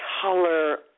color